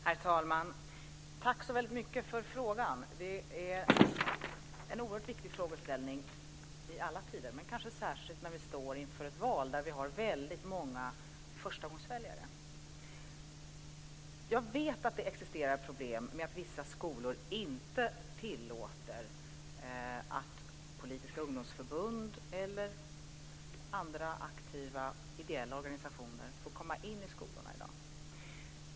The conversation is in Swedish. Herr talman! Tack så mycket för frågan. Det är en oerhört viktig frågeställning i alla tider, men kanske särskilt när vi står inför ett val där vi har väldigt många förstagångsväljare. Jag vet att det existerar problem med att vissa skolor inte låter politiska ungdomsförbund eller andra ideella organisationer få komma in i skolorna.